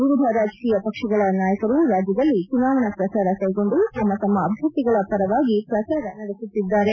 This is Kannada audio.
ವಿವಿಧ ರಾಜಕೀಯ ಪಕ್ಷಗಳ ನಾಯಕರು ರಾಜ್ಯದಲ್ಲಿ ಚುನಾವಣಾ ಪ್ರಚಾರ ಕೈಗೊಂಡು ತಮ್ಮ ತಮ್ಮ ಅಭ್ಯರ್ಥಿಗಳ ಪರವಾಗಿ ಪ್ರಚಾರ ನಡೆಸುತ್ತಿದ್ದಾರೆ